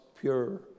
pure